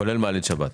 כולל מעלית שבת.